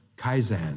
kaizen